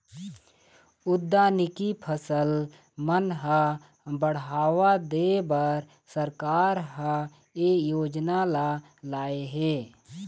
उद्यानिकी फसल मन ह बड़हावा देबर सरकार ह ए योजना ल लाए हे